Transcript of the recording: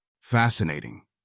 Fascinating